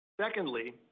Secondly